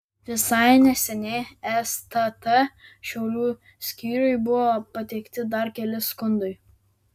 visai neseniai stt šiaulių skyriui buvo pateikti dar keli skundai